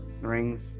rings